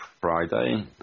Friday